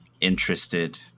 interested